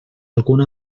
algun